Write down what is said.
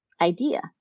idea